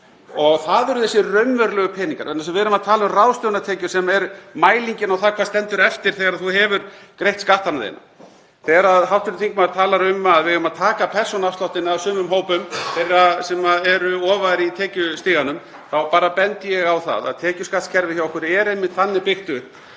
Það eru þessir raunverulegu peningar vegna þess að við erum að tala um ráðstöfunartekjur sem er mælingin á því hvað stendur eftir þegar þú hefur greitt skattana þína. Þegar hv. þingmaður talar um að við eigum að taka persónuafsláttinn af sumum hópum þeirra sem eru ofar í tekjustiganum þá bara bendi ég á það að tekjuskattskerfið hjá okkur er einmitt þannig byggt upp